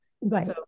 Right